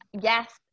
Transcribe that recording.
yes